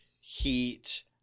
heat